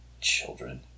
Children